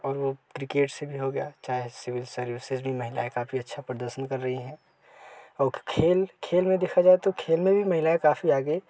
और वो क्रिकेट से भी हो गया चाहे सिविल सर्विसेस भी महिलाएँ काफ़ी अच्छा प्रदर्शन कर रही हैं और खेल खेल में देखा जाए तो खेल में भी महिलाएँ काफ़ी आगे